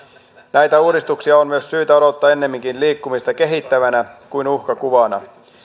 näitä uudistuksia on myös syytä odottaa ennemminkin liikkumista kehittävänä kuin uhkakuvana